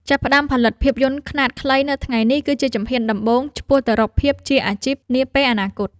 ចាប់ផ្ដើមផលិតភាពយន្តខ្នាតខ្លីនៅថ្ងៃនេះគឺជាជំហានដំបូងឆ្ពោះទៅរកភាពជាអាជីពនាពេលអនាគត។